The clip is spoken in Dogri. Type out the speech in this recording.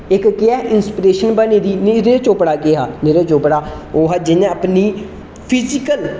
इक केह् ऐ इंसपीरेशन बनी दी नीरज चौपड़ा केह् हा नीरज चौपड़ा ओह् हा जिन्नै अपनी फिजिकल